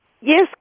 Yes